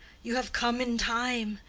you have come in time.